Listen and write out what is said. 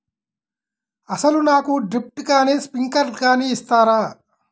అసలు నాకు డ్రిప్లు కానీ స్ప్రింక్లర్ కానీ ఇస్తారా?